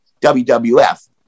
WWF